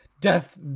Death